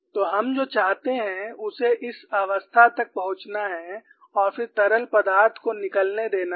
तो हम जो चाहते हैं उसे इस अवस्था तक पहुंचना है और फिर तरल पदार्थ को निकलने देना है